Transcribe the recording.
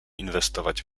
inwestować